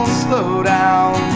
slowdown